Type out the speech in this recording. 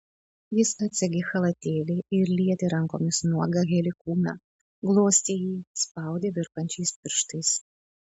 jis atsegė chalatėlį ir lietė rankomis nuogą heli kūną glostė jį spaudė virpančiais pirštais